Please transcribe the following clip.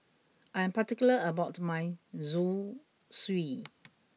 I am particular about my Zosui